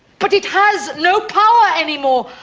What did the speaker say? but it has no power any more.